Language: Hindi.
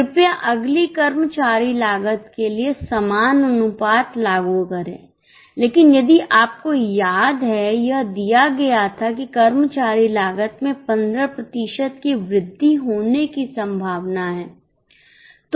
कृपया अगली कर्मचारी लागत के लिए समान अनुपात लागू करें लेकिन यदि आपको याद है यह दिया गया था कि कर्मचारी लागत में 15 प्रतिशत की वृद्धि होने की संभावना है